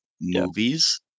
movies